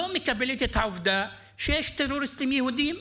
לא מקבלת את העובדה שיש טרוריסטים יהודים,